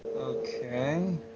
Okay